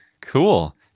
Cool